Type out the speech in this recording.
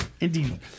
Indeed